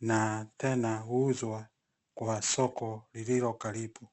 na tena huuzwa kwa soko lililo karibu.